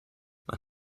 man